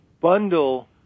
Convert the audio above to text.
bundle